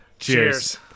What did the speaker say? Cheers